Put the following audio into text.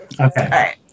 Okay